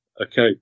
Okay